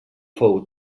fou